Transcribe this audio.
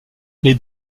les